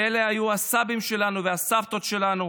שהיו הסבים שלנו והסבתות שלנו,